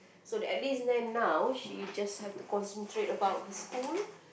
so that at least then now she just have to concentrate about her school